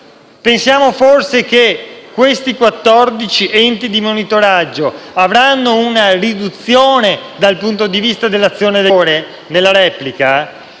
Pensiamo forse che questi 14 enti di monitoraggio avranno una riduzione dal punto di vista dell'azione del Governo, oppure